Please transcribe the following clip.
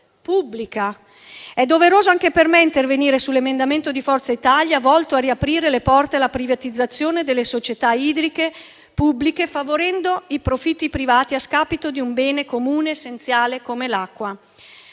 pubblica. È doveroso anche per me intervenire sull'emendamento di Forza Italia volto a riaprire le porte alla privatizzazione delle società idriche pubbliche, favorendo i profitti privati a scapito di un bene comune essenziale come l'acqua.